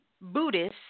Buddhist